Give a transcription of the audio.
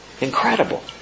Incredible